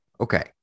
Okay